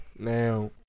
Now